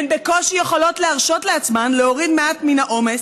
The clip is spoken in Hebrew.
הן בקושי יכולות להרשות לעצמן להוריד מעט מן העומס,